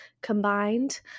combined